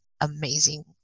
amazing